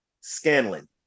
scanlon